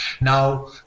Now